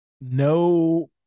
No